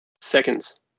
Seconds